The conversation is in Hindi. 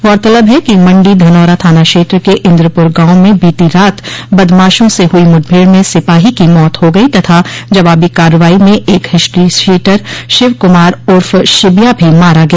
गौरतलब है कि मंडी धनौरा थाना क्षेत्र के इन्द्रपुर गांव में बीती रात बदमाशों से हुई मुठभेड़ में सिपाही की मौत हो गई तथा जवाबी कार्रवाई में एक हिस्ट्रीशीटर शिवकुमार उर्फ शिबिया भी मारा गया